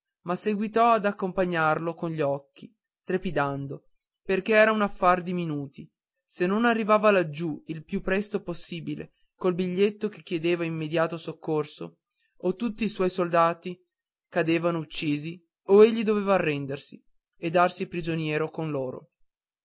ma seguitò ad accompagnarlo con gli occhi trepidando perché era un affar di minuti se non arrivava laggiù il più presto possibile col biglietto che chiedeva immediato soccorso o tutti i suoi soldati cadevano uccisi o egli doveva arrendersi e darsi prigioniero con loro